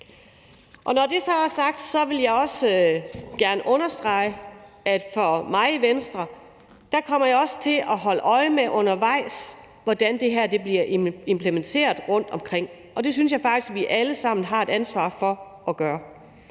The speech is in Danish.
Når det er sagt, vil jeg også gerne understrege, at jeg undervejs kommer til at holde øje med, hvordan det her bliver implementeret rundtomkring, og det synes jeg faktisk vi alle sammen har et ansvar for at gøre.